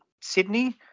Sydney